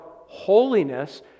holiness